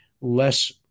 less